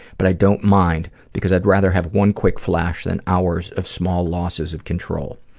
but i don't mind because i'd rather have one quick flash than hours of small losses of control.